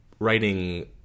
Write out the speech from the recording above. writing